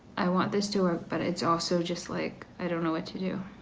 i want this to work, but it's also just like, i don't know what to do.